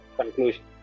conclusion